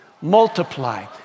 Multiply